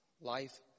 Life